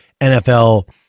NFL